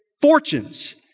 fortunes